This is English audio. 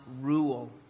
rule